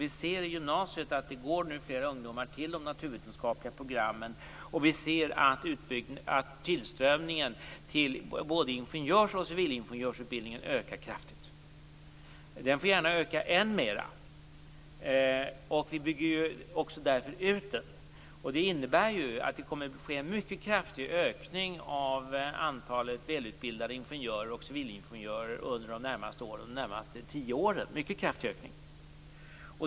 I gymnasiet går nu fler ungdomar på de naturvetenskapliga programmen. Vi ser också att tillströmningen till både ingenjörs och civilingenjörsutbildningen kraftigt ökar. Den får gärna öka ännu mer. Vi bygger därför också ut utbildningen. Det innebär att det kommer att ske en mycket kraftig ökning av antalet välutbildade ingenjörer och civilingenjörer under de närmaste tio åren - en mycket kraftig ökning.